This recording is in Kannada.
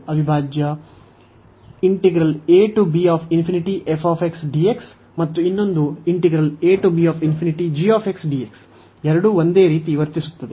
ಅವಿಭಾಜ್ಯ ಮತ್ತು ಇನ್ನೊಂದು ಎರಡೂ ಒಂದೇ ರೀತಿ ವರ್ತಿಸುತ್ತದೆ